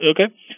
Okay